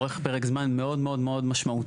אורך פרק זמן מאוד מאוד משמעותי.